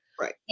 Right